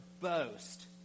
boast